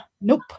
Nope